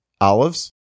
Olives